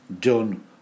done